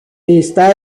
está